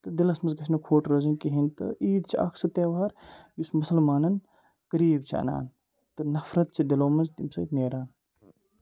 تہٕ دِلَس منٛز گژھِ نہٕ کھوٚٹ روزٕنۍ کِہیٖنۍ تہٕ عیٖد چھِ اَکھ سُہ تہوار یُس مُسلمانَن قریٖب چھِ اَنان تہٕ نَفرَت چھِ دِلو منٛز تَمہِ سۭتۍ نیران